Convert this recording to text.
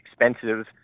expensive